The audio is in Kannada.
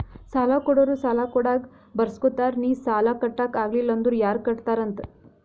ಸಾಲಾ ಕೊಡೋರು ಸಾಲಾ ಕೊಡಾಗ್ ಬರ್ಸ್ಗೊತ್ತಾರ್ ನಿ ಸಾಲಾ ಕಟ್ಲಾಕ್ ಆಗಿಲ್ಲ ಅಂದುರ್ ಯಾರ್ ಕಟ್ಟತ್ತಾರ್ ಅಂತ್